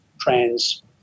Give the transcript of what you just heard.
trans